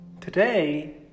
Today